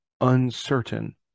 uncertain